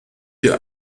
hier